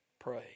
pray